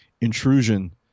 intrusion